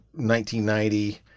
1990